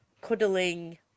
cuddling